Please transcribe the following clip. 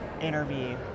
interview